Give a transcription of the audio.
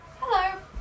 hello